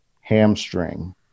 hamstring